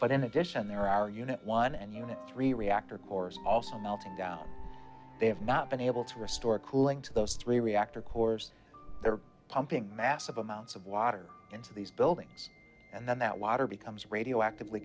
but in addition there are unit one and you know three reactor cores also melted down they have not been able to restore cooling to those three reactor cores they're pumping massive amounts of water into these buildings and then that water becomes radioactively